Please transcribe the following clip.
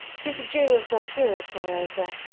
to the jew of that period, moreover,